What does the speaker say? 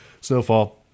snowfall